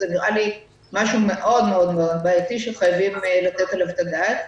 זה נראה לי משהו מאוד מאוד מאוד בעייתי שחייבים לתת עליו את הדעת.